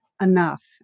enough